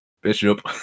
Bishop